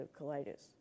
colitis